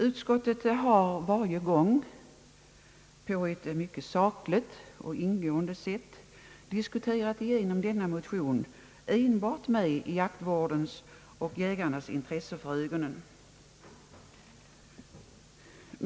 Utskottet har varje gång sakligt och ingående diskuterat igenom motionerna och detta med jaktvårdens och jägarnas intressen för ögonen.